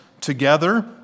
together